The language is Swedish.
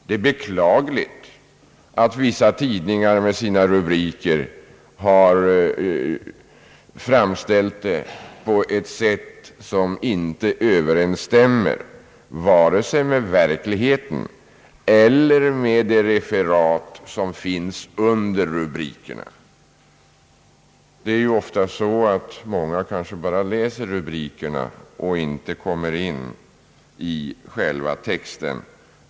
Det är beklagligt att vissa tidningar i sina rubriker har framställt vad som där förekom på ett sätt som inte överensstämmer vare sig med verkligheten eller med de referat som finns under rubrikerna. Det är ju ofta så att många kanske bara läser rubrikerna och inte själva texten.